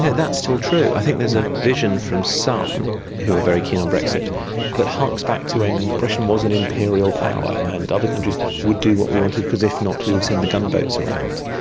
that's still true. i think there's a vision from some who are very keen on brexit that harks back to when britain was an imperial power and other countries would do what we wanted because if not we would send the gunboats around.